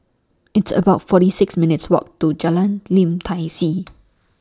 It's about forty six minutes' Walk to Jalan Lim Tai See